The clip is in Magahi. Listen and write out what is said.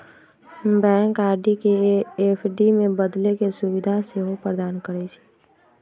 बैंक आर.डी के ऐफ.डी में बदले के सुभीधा सेहो प्रदान करइ छइ